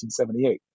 1978